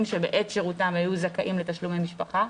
שבעת שירותם היו זכאים לתשלומי משפחה,